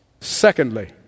Secondly